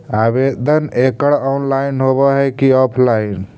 आवेदन एकड़ ऑनलाइन होव हइ की ऑफलाइन?